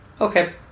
okay